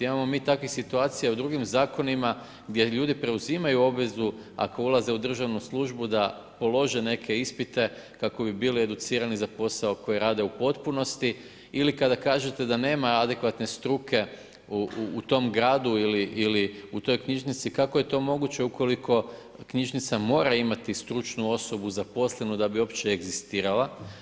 Imamo mi takvih situacija i u drugim zakonima gdje ljudi preuzimaju obvezu ako ulaze u državnu službu da polože neke ispite kako bi bili educirani za posao koji rade u potpunosti ili kada kažete da nema adekvatne struke u tom gradu ili u toj knjižnici, kako je to moguće ukoliko mora imati stručnu osobu zaposlenu da bi uopće egzistirala.